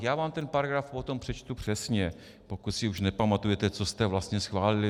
Já vám ten paragraf potom přečtu přesně, pokud si už nepamatujete, co jste vlastně schválili.